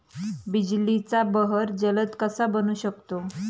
बिजलीचा बहर जलद कसा बनवू शकतो?